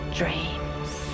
dreams